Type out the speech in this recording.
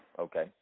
Okay